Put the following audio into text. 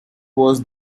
was